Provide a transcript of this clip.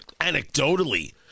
anecdotally